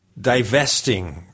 divesting